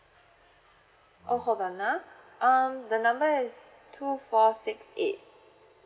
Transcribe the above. oh hold on ah um the number is two four six eight